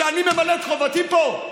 שאני ממלא את חובתי פה?